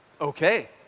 okay